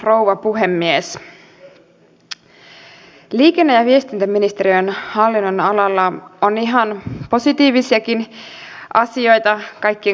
kuinka aiotte toimia että palautatte ihmisten toivon uskon ja luottamuksen politiikkaan